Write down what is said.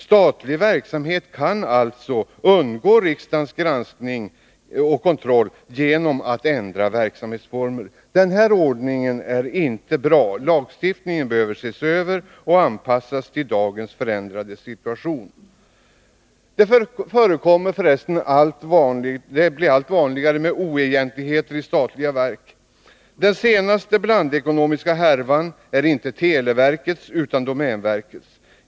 Statlig verksamhet kan alltså undgå riksdagens granskning och kontroll genom att ändra verksamhetsform. Denna ordning är inte bra. Lagstiftningen behöver ses över och anpassas till dagens förändrade situation. Det blir allt vanligare med oegentligheter i statliga verk. Den senaste blandekonomiska härvan är inte televerkets utan domänverkets.